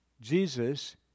Jesus